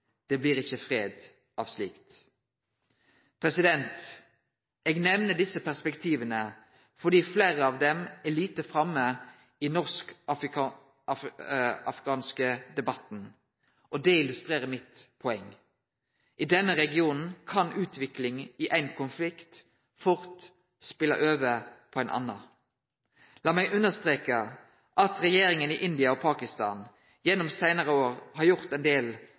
Det blir ikkje fred av slikt. Eg nemner desse perspektiva fordi fleire av dei er lite framme i den norske Afghanistan-debatten. Det illustrerer poenget mitt: I denne regionen kan utviklinga i ein konflikt fort spele over på ein annan. La meg understreke at regjeringane i India og Pakistan har i dei seinare åra gjort ein del